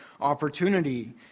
opportunity